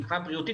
מבחינה בריאותית,